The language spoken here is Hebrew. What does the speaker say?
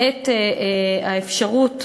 את האפשרות